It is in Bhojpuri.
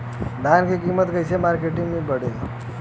धान क कीमत कईसे मार्केट में बड़ेला?